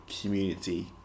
community